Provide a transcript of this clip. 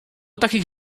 takich